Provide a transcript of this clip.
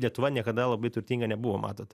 lietuva niekada labai turtinga nebuvo matot